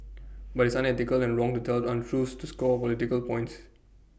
but it's unethical and wrong to tell untruths to score political points